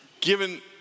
given